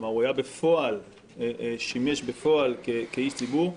כלומר: הוא שימש בפועל כאיש ציבור.